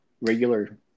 regular